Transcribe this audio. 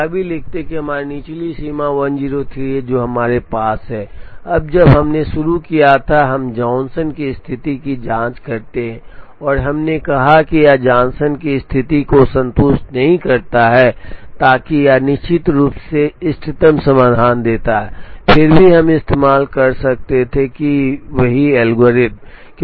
हम यह भी लिखते हैं कि हमारी निचली सीमा 103 है जो हमारे पास है अब जब हमने शुरू किया था हम जॉनसन की स्थिति की जांच करते हैं और हमने कहा कि यह जॉनसन की स्थिति को संतुष्ट नहीं करता है ताकि यह निश्चित रूप से इष्टतम समाधान देता है फिर भी हम इस्तेमाल कर सकते थे वही एल्गोरिथ्म